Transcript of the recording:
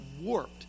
warped